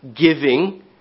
giving